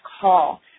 call